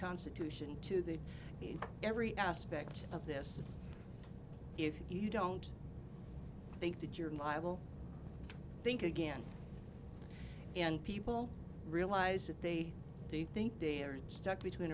constitution to the in every aspect of this if you don't think that you're liable think again and people realize that they they think they're stuck between